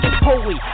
Holy